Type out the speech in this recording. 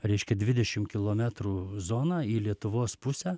reiškia dvidešim kilometrų zona į lietuvos pusę